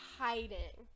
hiding